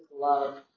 love